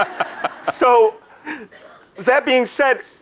so that being said,